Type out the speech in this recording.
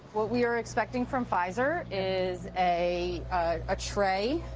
what we are expecting from pfizer is a ah tray,